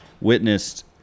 witnessed